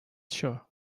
sure